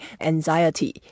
anxiety